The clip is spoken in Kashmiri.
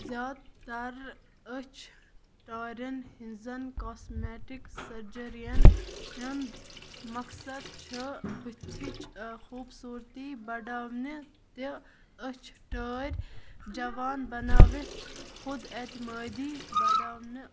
زیادٕ تَر أچھ ٹارٮ۪ن ہِنٛز کاسمیٹِک سٔرجٔرین ہُنٛدۍ مقصد چھُ بٕتھِچ خوٗبصورتی بڑاونہِ تہِ أچھ ٹٲرۍ جوان بناوِتھ خود اعتِمٲدی بڑاونہٕ